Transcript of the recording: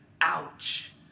Ouch